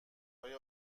های